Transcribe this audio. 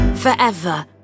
Forever